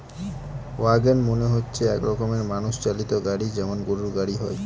wagon মানে হচ্ছে এক রকমের মানুষ চালিত গাড়ি যেমন গরুর গাড়ি হয়